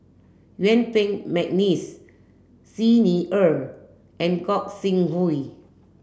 Yuen Peng McNeice Xi Ni Er and Gog Sing Hooi